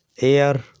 Air